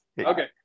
okay